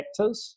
vectors